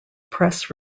press